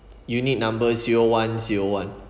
unit number zero one zero one